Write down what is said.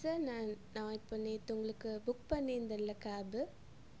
sir நான் நான் இப்போ நேற்று உங்களுக்கு புக் பண்ணிருந்தேன்ல கேபு